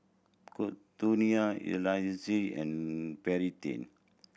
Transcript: Kourtney Eliezer and Payten